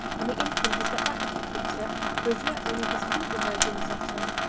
on the instant he stepped back a few quick steps, for as yet only his feet were merged in the soft sand.